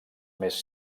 més